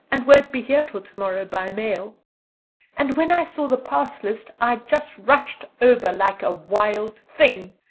and won't be here till tomorrow by mail and when i saw the pass list i just rushed over like a wild thing.